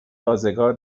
ازگار